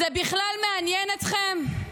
זה בכלל מעניין אתכם?